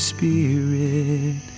Spirit